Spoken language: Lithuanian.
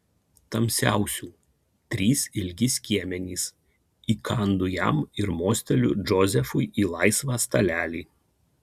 tamsiausių trys ilgi skiemenys įkandu jam ir mosteliu džozefui į laisvą stalelį